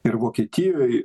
ir vokietijoj